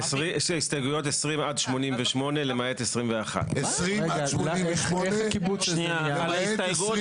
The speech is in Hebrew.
הסתייגות 20 עד 88 למעט 21. איך הקיבוץ הזה נהיה?